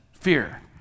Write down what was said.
fear